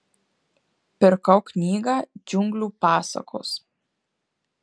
pirkau knygą džiunglių pasakos